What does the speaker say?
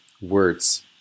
words